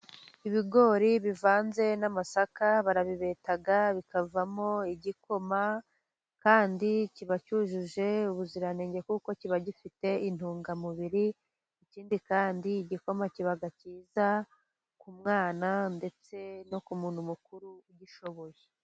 Ibigori bivanze n'amasaka barabibeta bikavamo igikoma, kandi kiba cyujuje ubuziranenge kuko kiba gifite intungamubiri. Ikindi kandi igikoma kiba cyiza ku mwana ndetse no ku muntu mukuru ugishoboye.